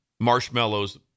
Marshmallows